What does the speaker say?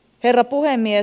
herra puhemies